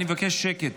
אני מבקש שקט.